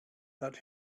that